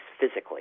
physically